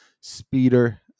speeder